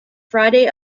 friday